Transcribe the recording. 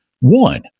One